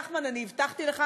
נחמן, אני הבטחתי לך